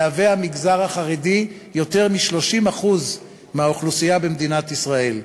יהווה המגזר החרדי יותר מ-30% מהאוכלוסייה במדינת ישראל.